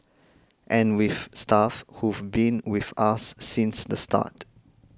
and we've staff who've been with us since the start